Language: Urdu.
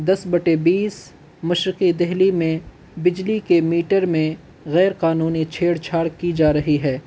دس بٹے بیس مشرقی دہلی میں بجلی کے میٹر میں غیر قانونی چھیڑ چھاڑ کی جا رہی ہے